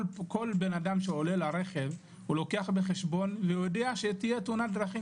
כל אדם שעולה לרכב לוקח בחשבון שאולי תהיה תאונת דרכים,